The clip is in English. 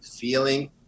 feeling